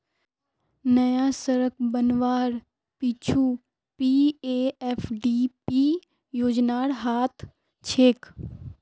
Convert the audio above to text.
नया सड़क बनवार पीछू पीएफडीपी योजनार हाथ छेक